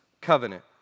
Covenant